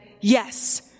yes